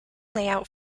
layout